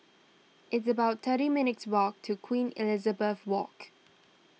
it's about thirty minutes' walk to Queen Elizabeth Walk